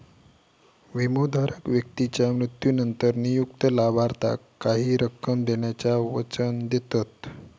विमोधारक व्यक्तीच्या मृत्यूनंतर नियुक्त लाभार्थाक काही रक्कम देण्याचा वचन देतत